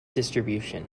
distribution